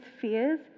fears